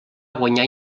guanyar